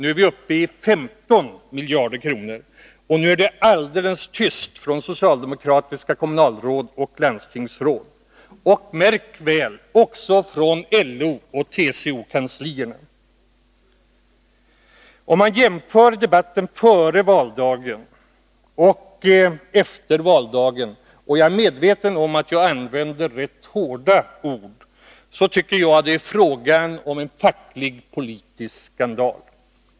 Nu är vi uppe i 15 miljarder kronor. Men i dag är det alldeles tyst från socialdemokratiska kommunalråd och landstingsråd och — märk väl — även från LO och TCO-kanslierna. Jämför jag debatten före valdagen med debatten efter valdagen tycker jag — och jag är medveten om att jag använder rätt hårda ord — att det är fråga om en politisk-facklig skandal.